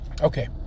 Okay